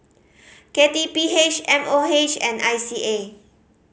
K T P H M O H and I C A